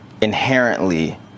inherently